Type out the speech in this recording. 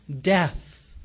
death